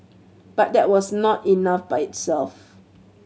but that was not enough by itself